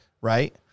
Right